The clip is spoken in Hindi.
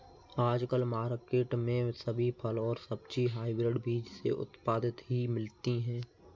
आजकल मार्केट में सभी फल और सब्जी हायब्रिड बीज से उत्पादित ही मिलती है